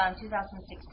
2016